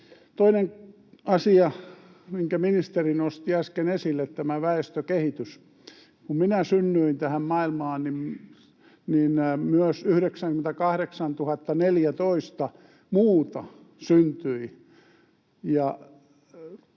Toinen asia, minkä ministeri nosti äsken esille: tämä väestökehitys. Kun minä synnyin tähän maailmaan, myös 98 014 muuta syntyi,